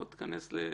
בוא תכנס לפרונט,